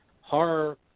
horror